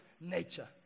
nature